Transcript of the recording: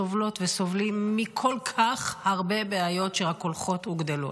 סובלות וסובלים מכל כך הרבה בעיות שרק הולכות וגדלות.